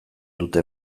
dute